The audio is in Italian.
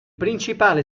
principale